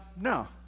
No